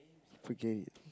forget it